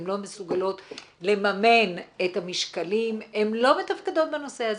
הן לא מסוגלות לממן את המשקלים - הן לא מתפקדות בנושא הזה.